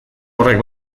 horrek